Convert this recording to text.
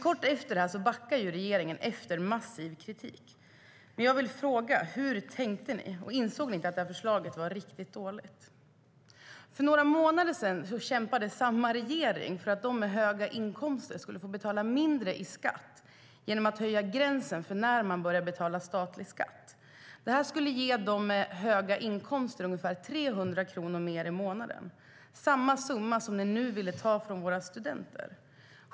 Kort efter detta backade regeringen efter massiv kritik. Jag vill fråga: Hur tänkte ni? Insåg ni inte att förslaget var riktigt dåligt? För några månader sedan kämpade samma regering för att de med höga inkomster skulle få betala mindre i skatt genom att höja gränsen för när man börjar betala statlig skatt. Detta skulle ha gett de med höga inkomster ungefär 300 kronor mer i månaden. Det är samma summa som ni nu ville ta från våra studenter.